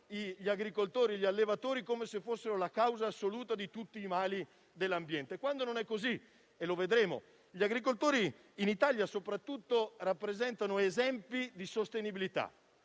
gli agricoltori e gli allevatori come se fossero la causa assoluta di tutti i mali dell'ambiente. In realtà, non è così e lo vedremo. Gli agricoltori in Italia rappresentano soprattutto esempi di sostenibilità